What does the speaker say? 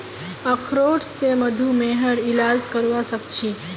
अखरोट स मधुमेहर इलाज करवा सख छी